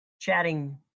chatting